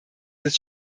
des